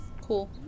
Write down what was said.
Cool